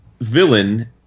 villain